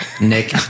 Nick